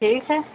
ٹھیک ہے